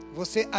você